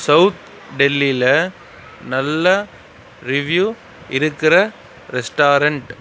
south டெல்லியில் நல்ல review இருக்கிற ரெஸ்டாரண்ட்